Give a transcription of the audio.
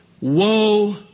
woe